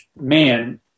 Man